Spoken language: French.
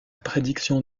prédiction